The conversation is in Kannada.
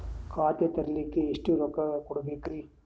ಖಾತಾ ತೆರಿಲಿಕ ಎಷ್ಟು ರೊಕ್ಕಕೊಡ್ಬೇಕುರೀ?